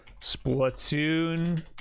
Splatoon